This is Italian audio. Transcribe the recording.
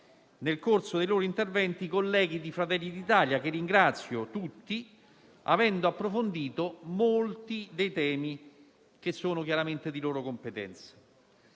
nel corso dei loro interventi i colleghi di Fratelli d'Italia, che ringrazio tutti, approfondendo molti dei temi che sono chiaramente di loro competenza.